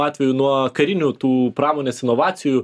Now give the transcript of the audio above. atveju nuo karinių tų pramonės inovacijų